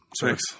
thanks